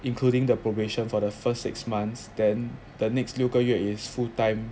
including the probation for the first six months then the next 六个月 is full time